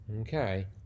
Okay